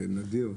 זה נדיר.